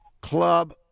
club